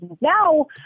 Now